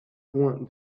points